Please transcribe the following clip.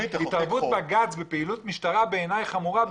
התערבות בג"ץ בפעילות משטרה, בעיניי חמורה.